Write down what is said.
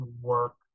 work